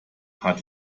hat